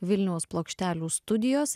vilniaus plokštelių studijos